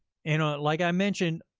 and like i mentioned,